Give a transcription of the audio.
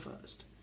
first